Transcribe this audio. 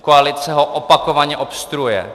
Koalice ho opakovaně obstruuje.